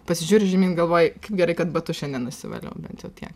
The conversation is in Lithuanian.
pasižiūri žemyn galvoji kaip gerai kad batus šiandien nusivaliau bent jau tiek